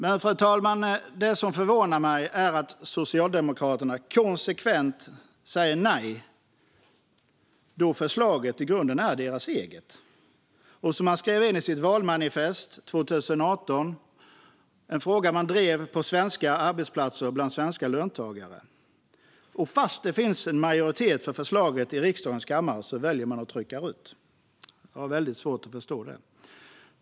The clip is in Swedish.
Men, fru talman, det som förvånar mig är att Socialdemokraterna konsekvent säger nej, då förslaget i grunden är deras eget och något som man skrev in i sitt valmanifest 2018. Det var en fråga man drev på svenska arbetsplatser bland svenska löntagare. Och trots att det finns en majoritet för förslaget i riksdagens kammare väljer man att trycka rött. Jag har väldigt svårt att förstå det.